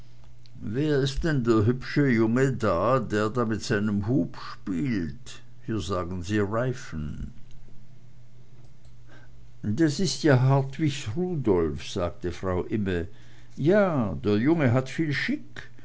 wer ist denn der hübsche junge da der da mit seinem hoop spielt hier sagen sie reifen das is ja hartwigs rudolf sagte frau imme ja der junge hat viel chic